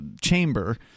chamber